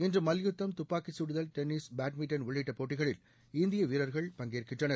இன்று மல்யுத்தம் தப்பாக்கி கடுதல் டென்னிஸ் பேட்மிண்டன் உள்ளிட்ட போட்டிகளில் இந்திய வீரர்கள் பங்கேற்கின்றனர்